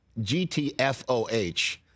GTFOH